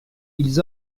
ils